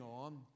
on